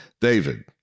david